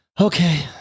okay